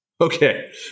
Okay